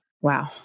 Wow